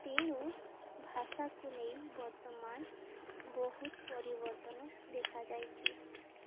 ତେଣୁ ଭାଷାକୁ ନେଇ ବର୍ତ୍ତମାନ ବହୁତ ପରିବର୍ତ୍ତନ ଦେଖାଯାଇଛି